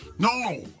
No